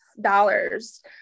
dollars